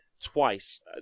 twice